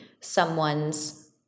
someone's